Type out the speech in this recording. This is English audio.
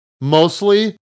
Mostly